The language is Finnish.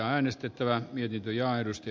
jyrki yrttiahon ehdotusta